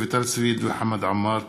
רויטל סויד וחמד עמאר בנושא: